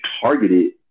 targeted